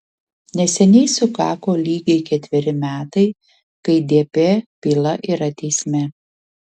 neseniai sukako lygiai ketveri metai kai dp byla yra teisme